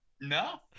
no